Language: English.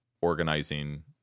organizing